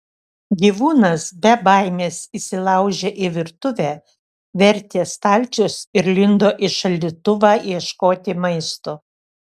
gyvūnas be baimės įsilaužė į virtuvę vertė stalčius ir lindo į šaldytuvą ieškoti maisto